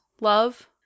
love